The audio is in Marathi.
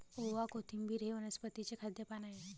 ओवा, कोथिंबिर हे वनस्पतीचे खाद्य पान आहे